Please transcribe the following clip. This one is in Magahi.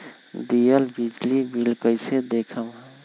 दियल बिजली बिल कइसे देखम हम?